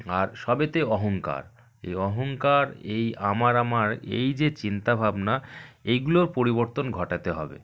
আর সবেতে অহংকার এই অহংকার এই আমার আমার এই যে চিন্তাভাবনা এইগুলোর পরিবর্তন ঘটাতে হবে